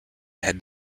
had